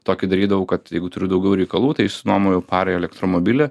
tokį darydavau kad jeigu turiu daugiau reikalų tai išsinuomoju parai elektromobilį